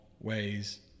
ways